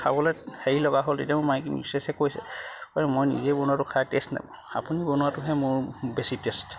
খাবলে হেৰি লগা হ'ল তেতিয়া মোৰ মাইকী মানুহে মিছেছে কৈছে মই নিজে বনোৱাটো খাই টেষ্ট নাপাওঁ আপুনি বনোৱাটোহে মোৰ বেছি টেষ্ট